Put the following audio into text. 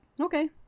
Okay